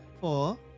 four